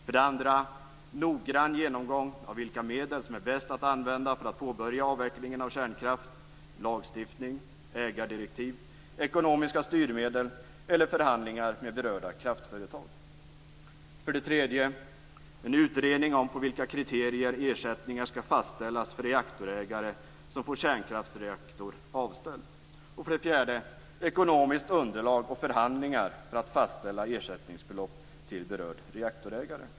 För det andra borde det ha skett en noggrann genomgång av vilka medel som är bäst att använda för att påbörja avvecklingen av kärnkraft, lagstiftning, ägardirektiv, ekonomiska styrmedel eller förhandlingar med berörda kraftföretag. För det tredje borde det ha funnits en utredning av på vilka kriterier ersättningar skall fastställas för reaktorägare som får en kärnkraftsreaktor avställd. För det fjärde skulle det ha funnits ett ekonomiskt underlag och förhandlingar för att fastställa ersättningsbelopp till berörd reaktorägare.